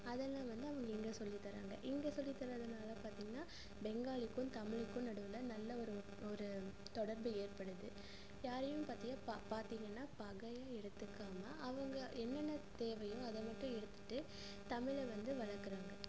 அதெல்லாம் வந்து அவங்க இங்கே சொல்லித் தர்றாங்க இங்கே சொல்லித் தர்றதினால பார்த்திங்கன்னா பெங்காலிக்கும் தமிழுக்கும் நடுவில் நல்ல ஒரு ஒரு தொடர்பு ஏற்படுது யாரையும் பத்தியா பார்த்திங்கன்னா பகையாக எடுத்துக்காமல் அவங்க என்னென்ன தேவையோ அதை மட்டும் எடுத்துட்டு தமிழை வந்து வளக்கிறாங்க